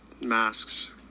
masks